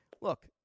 look